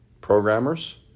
programmers